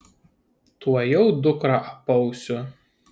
tuojau dukrą apausiu